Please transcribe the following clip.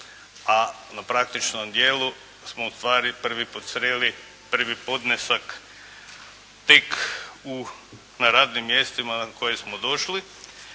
a na praktičnom dijelu smo ustvari prvi put sreli prvi podnesak tek na radnim mjestima na koje smo došli.